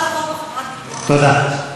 תודה.